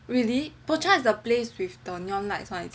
really Pocha is the place with neon lights [one] is it